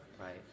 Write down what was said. right